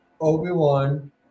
Obi-Wan